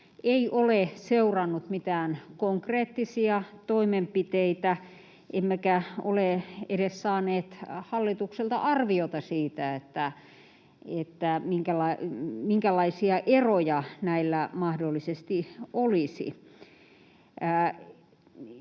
ei ole seurannut mitään konkreettisia toimenpiteitä, emmekä ole edes saaneet hallitukselta arviota siitä, minkälaisia eroja näillä mahdollisesti olisi.